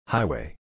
Highway